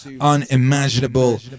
unimaginable